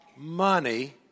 money